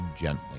gently